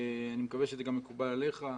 אני מקווה שזה יהיה גם מקובל עליך,